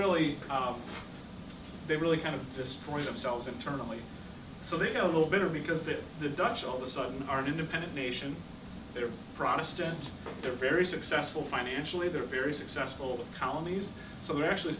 really they really kind of destroy themselves internally so they have a little bit or because of it the dutch all the sudden are an independent nation they're protestant they're very successful financially they're very successful colonies so they're actually